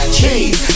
cheese